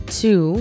two